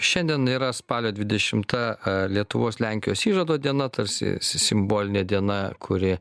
šiandien yra spalio dvidešimta lietuvos lenkijos įžado diena tarsi si simbolinė diena kuri